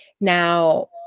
Now